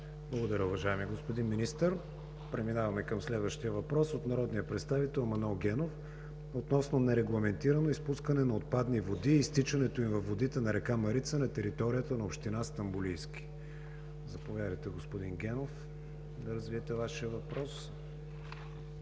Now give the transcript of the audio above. Благодаря, уважаеми господин Министър. Преминаваме към следващия въпрос от народния представител Манол Генов относно нерегламентирано изпускане на отпадни води и изтичането им във водите на река Марица на територията на община Стамболийски. Заповядайте, господин Генов, да развиете Вашия въпрос.